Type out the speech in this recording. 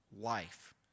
life